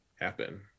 happen